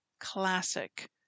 classic